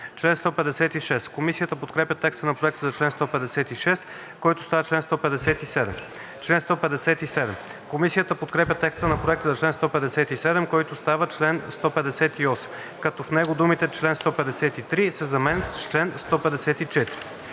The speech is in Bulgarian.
чл. 156. Комисията подкрепя текста на Проекта за чл. 156, който става чл. 157. Комисията подкрепя текста на Проекта за чл. 157, който става чл. 158, като в него думите „чл. 153“ се заменят с „чл. 154“.